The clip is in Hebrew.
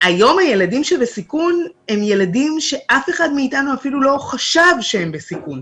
היום הילדים שבסיכון הם ילדים שאף אחד מאיתנו אפילו לא חשב שהם בסיכון.